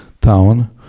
town